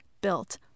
built